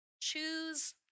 choose